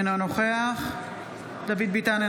אינו נוכח דוד ביטן,